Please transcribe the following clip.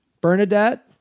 Bernadette